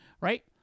right